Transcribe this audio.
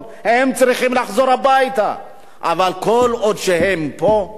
אבל כל עוד הם פה צריך להתייחס אליהם כאל בני-אדם,